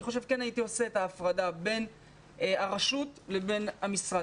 אני חושב שכן הייתי עושה את ההפרדה בין הרשות לבין המשרד.